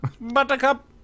Buttercup